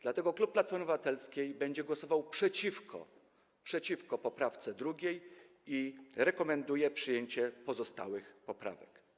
Dlatego klub Platformy Obywatelskiej będzie głosował przeciwko poprawce 2. i rekomenduje przyjęcie pozostałych poprawek.